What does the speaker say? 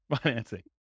financing